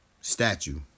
statue